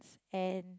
and